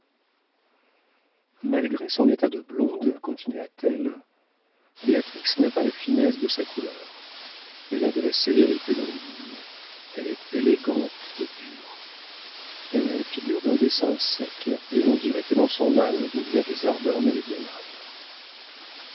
malgré son état de blonde continua-t-elle béatrix n'a pas la finesse de sa couleur elle a de la sévérité dans les lignes elle est élégante et dure elle a la figure d'un dessin sec et l'on dirait que dans son âme il y a des ardeurs méridionales